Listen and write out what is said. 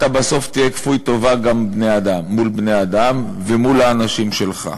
אתה בסוף תהיה כפוי טובה גם מול בני-אדם ומול האנשים שלך.